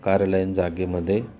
कार्यालयीन जागेमध्ये